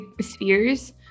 spheres